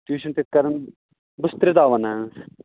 tuition پٮ۪ٹھ کَرن بہٕ چھُس ترٛےٚ دۄہ وَنان